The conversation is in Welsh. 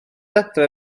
adre